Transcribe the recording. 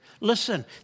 listen